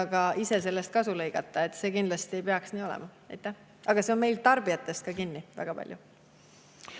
aga ise sellest kasu lõigata. See kindlasti ei peaks nii olema. Aga see on tarbijates ka kinni väga palju.